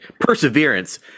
perseverance